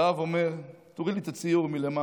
והאב אומר: תוריד לי את הציור מלמעלה.